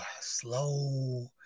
slow